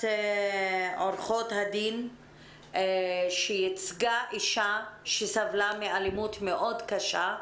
מעורכות הדין שייצגה אישה שסבלה מאלימות קשה מאוד,